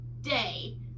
day